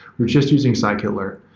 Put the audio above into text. we're just using scikit-learn.